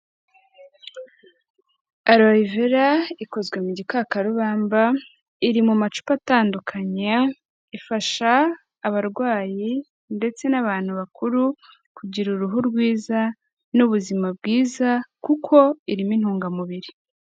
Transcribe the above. Arorivera ikozwe mu gikakarubamba, iri mu macupa atandukanye, ifasha abarwayi ndetse n'abantu bakuru, kugira uruhu rwiza n'ubuzima bwiza, kuko irimo intungamubiri.